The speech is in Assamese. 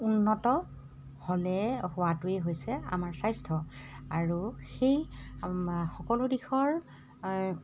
উন্নত হ'লে হোৱাতোৱেই হৈছে আমাৰ স্বাস্থ্য আৰু সেই সকলো দিশৰ